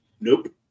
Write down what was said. Nope